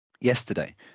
yesterday